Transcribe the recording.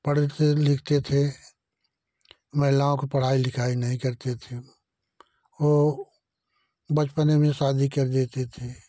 पढ़ते लिखते थे महिलाओं को पढ़ाई लिखाई नहीं करते थे वो बचपन में शादी कर देते थे